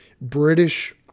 british